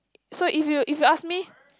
so if you if you ask me